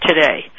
today